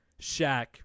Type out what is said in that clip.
Shaq